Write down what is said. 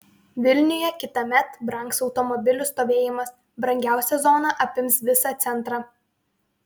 vilniuje kitąmet brangs automobilių stovėjimas brangiausia zona apims visą centrą